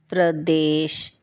Pradesh